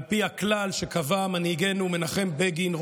על פי הכלל שקבע מנהיגנו מנחם בגין,